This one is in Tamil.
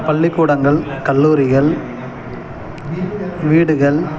பள்ளிக்கூடங்கள் கல்லூரிகள் வீடுகள்